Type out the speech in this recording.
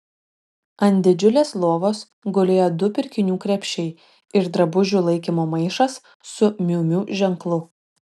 ant didžiulės lovos gulėjo du pirkinių krepšiai ir drabužių laikymo maišas su miu miu ženklu